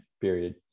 Period